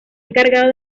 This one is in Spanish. encargado